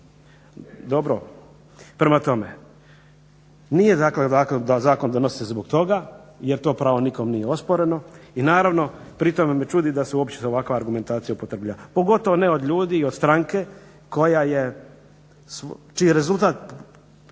dobro. Prema tome, nije … da zakon donosi zbog toga jer to pravo nikom nije osporeno i naravno pri tome me čudi da se uopće ovakva argumentacija upotrebljava, pogotovo ne od ljudi i od stranke čiji je rezultat